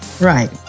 Right